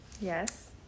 Yes